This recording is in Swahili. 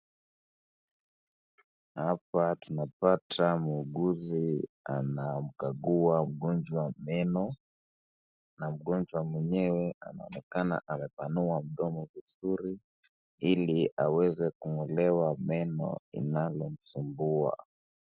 Hapa tunapata muuguzi anamkagua mgonjwa meno na mgonjwa mwenyewe anaonekana anapanua mdomo vizuri ili aweze kungolewa meno inalomsumbua.